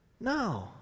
No